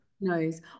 knows